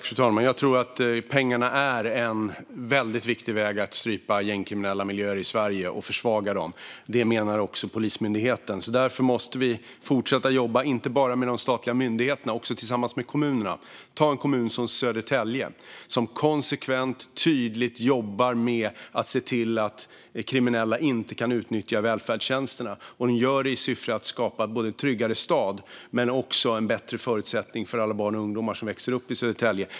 Fru talman! Jag tror att pengarna är en väldigt viktig väg för att strypa och försvaga gängkriminella miljöer i Sverige, och det menar också Polismyndigheten. Därför måste vi fortsätta jobba inte bara med de statliga myndigheterna utan också tillsammans med kommunerna. Ta en kommun som Södertälje, som konsekvent och tydligt jobbar med att se till att kriminella inte kan utnyttja välfärdstjänsterna. Man gör det i syfte att skapa inte bara en tryggare stad utan också en bättre förutsättning för alla barn och ungdomar som växer upp i Södertälje.